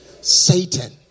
Satan